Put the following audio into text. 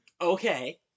Okay